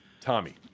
Tommy